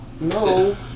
No